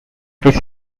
his